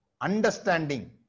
Understanding